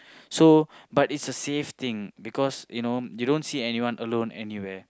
so but is a safe thing because you know you don't see anyone alone anywhere